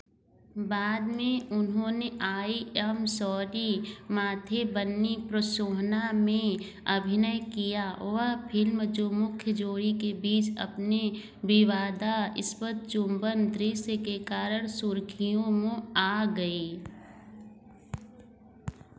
बाद में उन्होंने I am sorry Mathe Banni Preethsona में अभिनय किया वह फिल्म जो मुख्य जोड़ी के बीच अपने विवादास्पद चुंबन दृश्य के कारण सुर्खियों मों आ गई